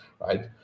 right